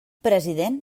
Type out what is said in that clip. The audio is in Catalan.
president